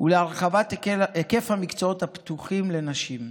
ולהרחבת היקף המקצועות הפתוחים לנשים.